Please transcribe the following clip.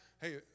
hey